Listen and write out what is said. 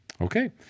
Okay